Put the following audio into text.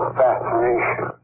fascination